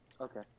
Okay